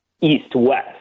east-west